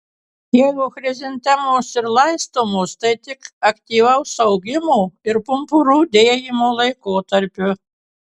jeigu chrizantemos ir laistomos tai tik aktyvaus augimo ir pumpurų dėjimo laikotarpiu